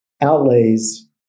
outlays